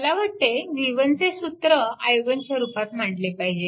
मला वाटते v1चे सूत्र i1 च्या रूपात मांडले पाहिजे